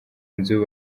inzu